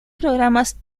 programas